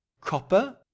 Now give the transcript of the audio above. Copper